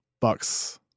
Bucks